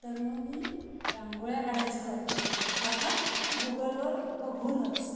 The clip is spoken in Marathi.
तर मग मी रांगोळ्या काढाय सुरुवात केली अर्थात गुगलवर बघूनच